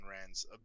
Rand's